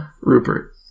Rupert